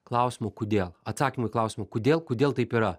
klausimo kodėl atsakymo į klausimą kodėl kodėl taip yra